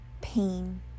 pain